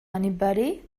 anybody